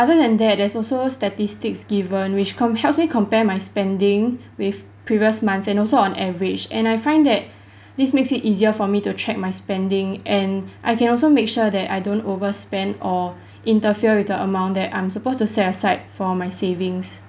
other than that there's also statistics given which com~ helps me compare my spending with previous months and also on average and I find that this makes it easier for me to track my spending and I can also make sure that I don't overspend or interfere with the amount that I'm supposed to set aside for my savings